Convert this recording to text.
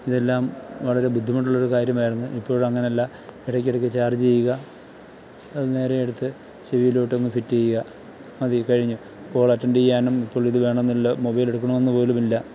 ഇതെല്ലാം വളരെ ബുദ്ധിമുട്ടുള്ളൊരു കാര്യമായിരുന്നു ഇപ്പോൾ അങ്ങനല്ല ഇടക്കിടക്ക് ചാർജ് ചെയ്യുക നേരെ എടുത്ത് ചെവിയിലോട്ടങ്ങ് ഫിറ്റ് ചെയ്യുക മതി കഴിഞ്ഞു കോൾ അറ്റൻഡ് ചെയ്യാനും ഇപ്പോളിത് വേണമെന്നില്ല മൊബൈലെടുക്കണമെന്ന് പോലുമില്ല